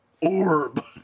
orb